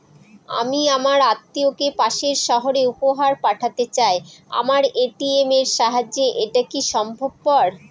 আমি আমার আত্মিয়কে পাশের সহরে উপহার পাঠাতে চাই আমার এ.টি.এম এর সাহায্যে এটাকি সম্ভবপর?